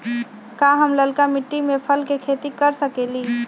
का हम लालका मिट्टी में फल के खेती कर सकेली?